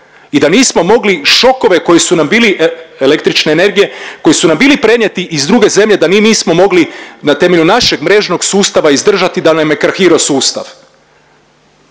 i da nismo mogli šokove koji su nam bili električne energije, koji su nam bili prenijeti iz druge zemlje da mi nismo mogli na temelju našeg mrežnog sustava izdržati da nam je krahirao sustav.